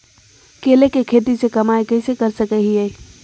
केले के खेती से कमाई कैसे कर सकय हयय?